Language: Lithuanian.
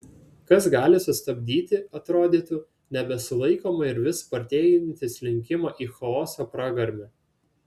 kas gali sustabdyti atrodytų nebesulaikomą ir vis spartėjantį slinkimą į chaoso pragarmę